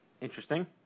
Interesting